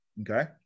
okay